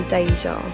Deja